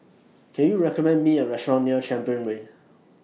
Can YOU recommend Me A Restaurant near Champion Way